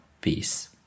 Peace